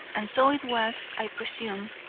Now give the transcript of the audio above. and so it was, i presume,